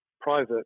private